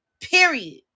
Period